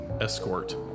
escort